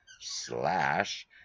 Slash